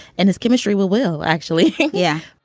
and his chemistry will will actually. yeah.